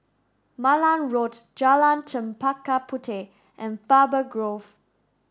Malan Road Jalan Chempaka Puteh and Faber Grove